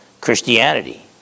Christianity